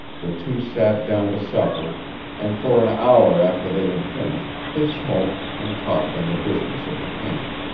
the two sat down to supper and for an hour after they had finished they smoked and talked on the business of the camp.